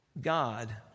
God